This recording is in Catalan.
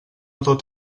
tot